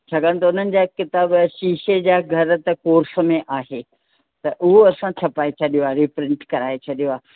छाकाणि त उन्हनि जा किताब शीशे जा घर त कोर्स में आहे त उहो असां छपाए छॾियो आहे रीप्रिंट कराए छॾियो आहे